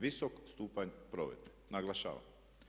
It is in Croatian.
Visok stupanj provedbe, naglašavam.